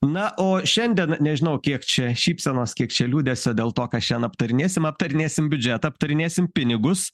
na o šiandien nežinau kiek čia šypsenos kiek čia liūdesio dėl to ką šiandien aptarinėsim aptarinėsim biudžetą aptarinėsim pinigus